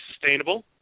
sustainable